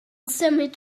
symud